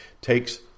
takes